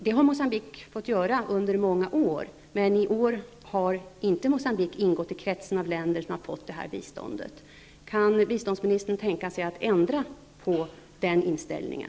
Det har Mogambique fått göra under många år, men i år har Mocambique inte ingått i kretsen av länder som fått detta bistånd. Kan biståndsministern tänka sig att ändra på den inställningen?